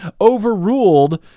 overruled